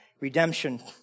Redemption